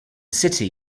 city